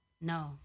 No